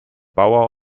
baur